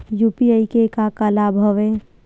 UPI के का का लाभ हवय?